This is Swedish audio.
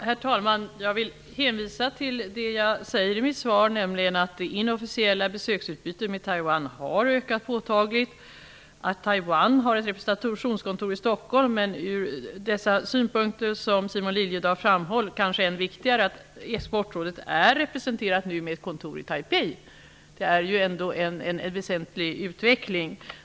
Herr talman! Jag vill hänvisa till det jag säger i svaret, nämligen att det inofficiella besöksutbytet med Taiwan har ökat påtagligt, att Taiwan har ett representationskontor i Stockholm. Ur de synpunkter som Simon Liliedahl framhöll är det kanske än viktigare att Exportrådet nu är representerat med ett kontor i Taipei. Det är ändå en väsentlig utveckling.